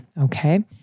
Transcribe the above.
okay